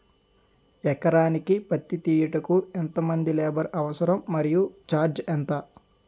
ఎకరానికి పత్తి తీయుటకు ఎంత మంది లేబర్ అవసరం? మరియు ఛార్జ్ ఎంత?